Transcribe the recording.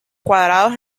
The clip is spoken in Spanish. cuadrados